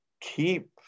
keep